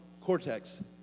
cortex